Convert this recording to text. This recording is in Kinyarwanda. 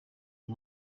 uyu